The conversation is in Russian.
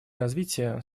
развития